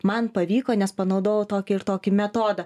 man pavyko nes panaudojau tokį ir tokį metodą